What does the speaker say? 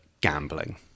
gambling